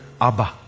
Abba